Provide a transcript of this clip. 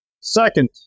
second